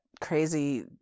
crazy